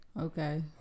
Okay